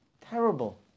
Terrible